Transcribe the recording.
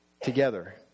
together